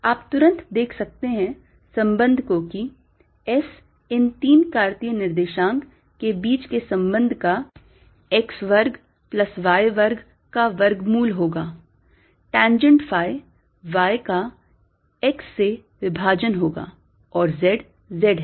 आप तुरंत देख सकते हैं संबंध को की S इन कार्तीय निर्देशांक के बीच के संबंध का x वर्ग प्लस y वर्ग का वर्गमूल होगा tangent phi y का x से विभाजन होगा और z z है